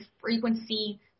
frequency